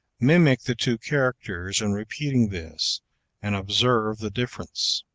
mimic the two characters in repeating this and observe the difference.